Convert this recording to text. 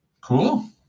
Cool